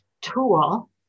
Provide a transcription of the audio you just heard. tool